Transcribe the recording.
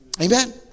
Amen